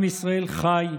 עם ישראל חי.